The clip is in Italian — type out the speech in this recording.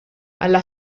alla